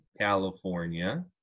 California